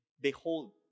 behold